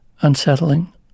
unsettling